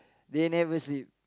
they never sleep